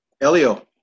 Elio